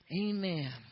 amen